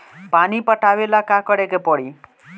पानी पटावेला का करे के परी?